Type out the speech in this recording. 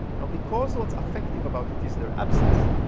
now because what's affective about it is their absence,